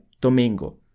domingo